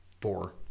four